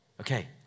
Okay